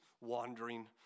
wandering